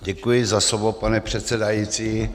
Děkuji za slovo, pane předsedající.